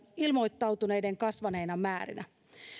ilmoittautuneiden kasvaneina määrinä